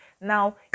now